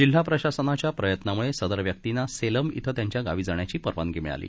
जिल्हा प्रशासनाच्या प्रयत्नामुळे सदर व्यक्तींना सेलम इथं त्यांच्या गावी जाण्याची परवानगी मिळाली